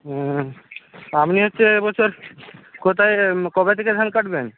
আপনি হচ্ছে এ বছর কোথায় কবে থেকে ধান কাটবেন